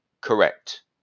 correct